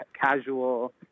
casual